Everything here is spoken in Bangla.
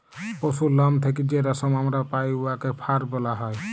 পশুর লম থ্যাইকে যে রেশম আমরা পাই উয়াকে ফার ব্যলা হ্যয়